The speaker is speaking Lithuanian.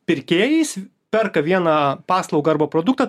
pirkėjais perka vieną paslaugą arba produktą